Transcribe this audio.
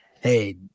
hey